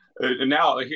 now